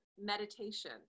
meditation